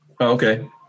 Okay